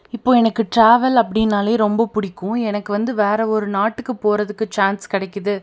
இப்போது எனக்கு டிராவல் அப்படின்னாலே ரொம்ப பிடிக்கும் எனக்கு வந்து வேறு ஒரு நாட்டுக்கு போகிறதுக்கு சான்ஸ் கிடைக்குது